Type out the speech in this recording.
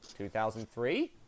2003